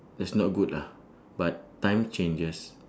it's not good lah but time changes